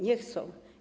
Nie chcą.